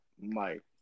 Mike